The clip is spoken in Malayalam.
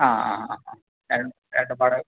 ആ ആ ആ ആ ഇടപാട്